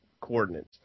coordinates